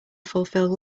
fulfilled